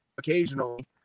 occasionally